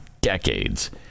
decades